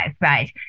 right